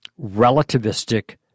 relativistic